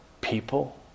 people